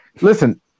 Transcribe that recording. listen